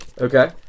Okay